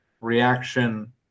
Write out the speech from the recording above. reaction